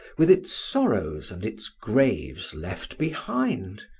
with its sorrows and its graves left behind,